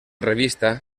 revista